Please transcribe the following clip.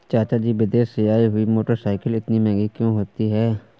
चाचा जी विदेश से आई हुई मोटरसाइकिल इतनी महंगी क्यों होती है?